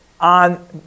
on